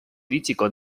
iritsiko